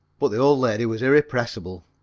but the old lady was irrepressible.